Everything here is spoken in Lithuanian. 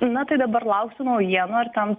na tai dabar lauksiu naujienų ar ten